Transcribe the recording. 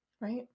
Right